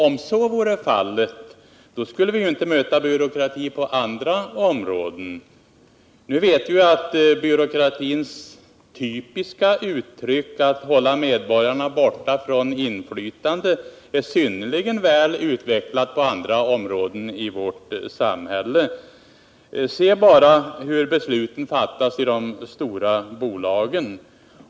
Om så vore fallet skulle vi ju inte möta byråkrati på andra områden. Vi vet emellertid att byråkratins typiska uttryck, att hålla medborgarna borta från inflytande, är synnerligen väl utvecklat på andra områden i vårt samhälle. Se bara hur besluten fattas i de stora bolagen!